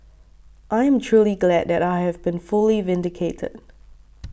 I am truly glad that I have been fully vindicated